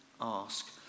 Ask